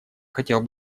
хотел